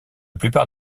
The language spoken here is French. plupart